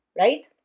right